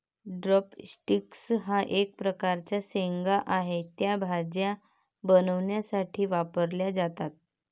drum sticks हा एक प्रकारचा शेंगा आहे, त्या भाज्या बनवण्यासाठी वापरल्या जातात